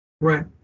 Right